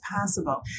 possible